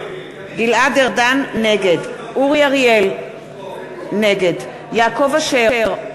נגד אורי אריאל, נגד יעקב אשר,